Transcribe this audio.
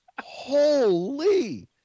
Holy